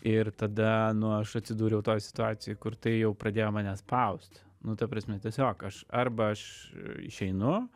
ir tada nu aš atsidūriau tokioj situacijoj kur tai jau pradėjo mane spaust nu ta prasme tiesiog aš arba aš išeinu